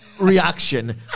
reaction